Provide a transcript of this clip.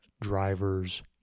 drivers